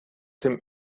dem